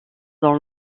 dans